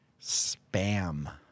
spam